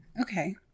Okay